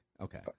Okay